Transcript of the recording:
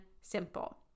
simple